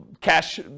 cash